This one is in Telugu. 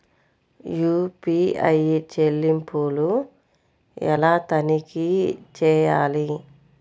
యూ.పీ.ఐ చెల్లింపులు ఎలా తనిఖీ చేయాలి?